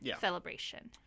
celebration